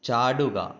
ചാടുക